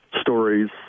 stories